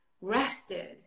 rested